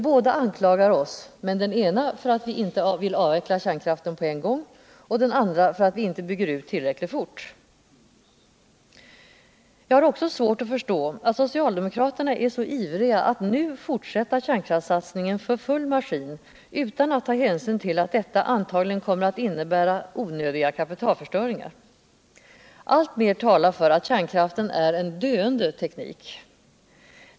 Båda anklagar oss, men den ena för att vi inte avvecklar kärnkraften med en gång och den andra för att vi inte bygger ut tillräckligt fort. Jag har också svårt att förstå att socialdemokraterna är så ivriga alt nu fortsätta kärnkraftssatsningen för full maskin utan att ta hänsyn till att detta antagligen kommer att innebära onödig kapitalförstöring. Alltmer talar för att kärnkrafien är en döende teknik.